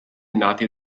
nati